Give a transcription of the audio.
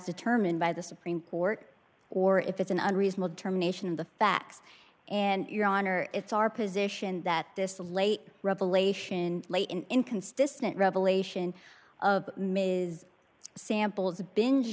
determined by the supreme court or if it's an unreasonable determination of the facts and your honor it's our position that this late revelation late in inconsistent revelation of ms samples to binge